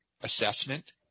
assessment